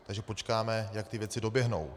Takže počkáme, jak ty věci doběhnou.